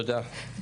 תודה.